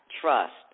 Trust